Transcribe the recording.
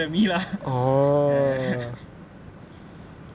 then after that only நம்மலா:nammalaa temple கு போக ஆரம்பிச்சோம்:ku poga aarampichom